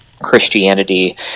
Christianity